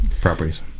properties